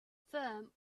firm